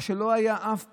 מה שלא היה אף פעם,